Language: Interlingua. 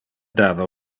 dava